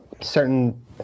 certain